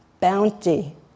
bounty